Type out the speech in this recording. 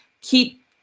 Keep